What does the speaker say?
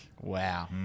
Wow